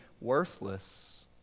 worthless